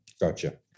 Gotcha